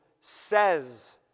says